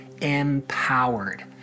empowered